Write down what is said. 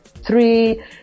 three